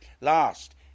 Last